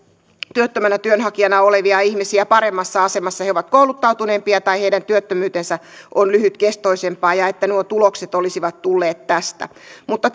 työttömänä työnhakijana olevia ihmisiä paremmassa asemassa he ovat kouluttautuneempia tai heidän työttömyytensä on lyhytkestoisempaa ja että nuo tulokset olisivat tulleet tästä mutta